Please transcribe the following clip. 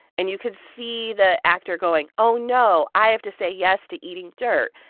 and you could see the actor going, oh, no, i have to say yes to eating dirt.